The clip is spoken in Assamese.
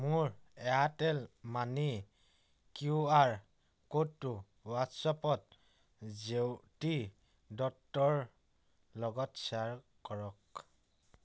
মোৰ এয়াৰটেল মানি কিউআৰ ক'ডটো হোৱাটছএপত জেউতি দত্তৰ লগত শ্বেয়াৰ কৰক